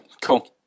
cool